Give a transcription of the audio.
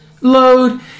load